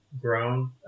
grown